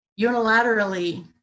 unilaterally